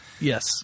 yes